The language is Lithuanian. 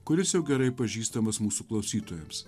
kuris jau gerai pažįstamas mūsų klausytojams